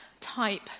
type